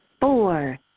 Four